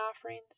offerings